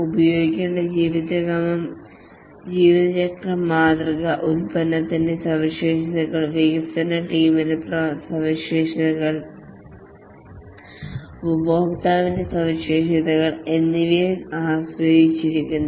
ഉപയോഗിക്കേണ്ട ജീവിതചക്രം മാതൃക പ്രോഡക്ട് ത്തിന്റെ സവിശേഷതകൾ വികസന ടീമിന്റെ സവിശേഷതകൾ ഉപഭോക്താവിന്റെ സവിശേഷതകൾ എന്നിവയെ ആശ്രയിച്ചിരിക്കുന്നു